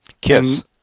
Kiss